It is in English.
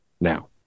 now